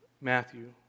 Matthew